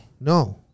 no